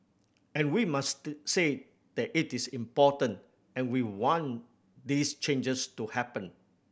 and we must say that it is important and we want these changes to happen